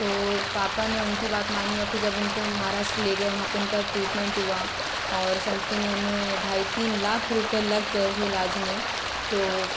तो पापा ने उनकी बात मानी और फिर जब उनको महाराष्ट्र ले गए वहाँ पर उनका ट्रीटमेंट हुआ और समथिंग उन्हें ढाई तीन लाख रुपये लग गए थे इलाज में तो